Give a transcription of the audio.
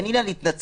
אין עניין להתנצל.